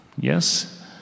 Yes